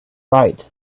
right